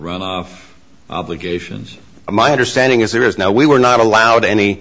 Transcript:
wrong obligations my understanding is there is no we were not allowed any